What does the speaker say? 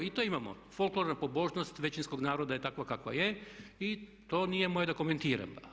I to imamo folklorna pobožnost većinskog naroda je takva kakva je i to nije moje da komentiram.